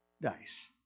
dice